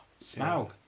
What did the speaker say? Smell